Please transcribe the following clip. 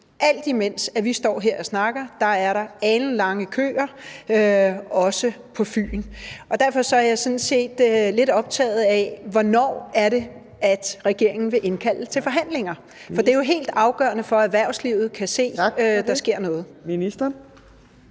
Alt imens vi står her og snakker, er der alenlange køer – også på Fyn. Derfor er jeg sådan set lidt optaget af, hvornår regeringen vil indkalde til forhandlinger, for det er jo helt afgørende for, at erhvervslivet kan se, at der sker noget. Kl. 13:58 Fjerde